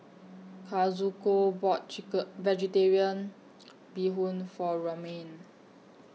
Kazuko bought Vegetarian Bee Hoon For Romaine